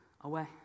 away